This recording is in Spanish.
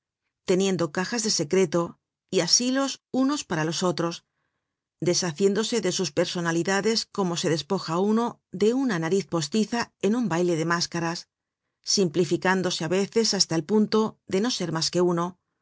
teniendo cajas de secreto y asilos unos para los otros deshaciéndose de sus personalidades como se despoja uno de una nariz postiza en un baile de máscaras simplificándose á veces hasta el punto de no ser mas que uno